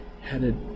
headed